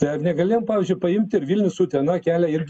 tai ar negalėjom pavyzdžiui paimt ir vilnius utena kelią irgi